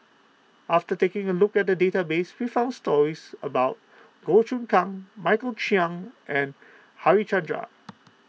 after taking a look at the database we found stories about Goh Choon Kang Michael Chiang and Harichandra